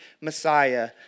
Messiah